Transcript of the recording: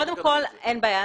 אין בעיה.